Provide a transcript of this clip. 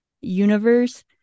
universe